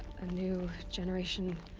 a new. generation.